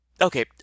Okay